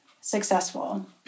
successful